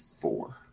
four